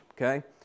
Okay